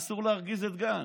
אסור להרגיז את גנץ.